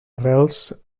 arrels